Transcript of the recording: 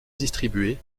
distribués